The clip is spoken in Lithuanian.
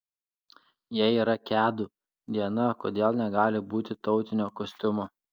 jei yra kedų diena kodėl negali būti tautinio kostiumo